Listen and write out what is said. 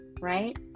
right